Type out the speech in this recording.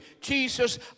Jesus